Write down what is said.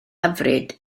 hyfryd